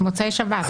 אי-אפשר היה קודם?